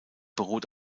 beruht